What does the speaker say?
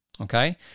okay